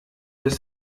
des